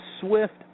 swift